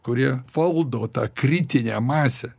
kurie valdo tą kritinę masę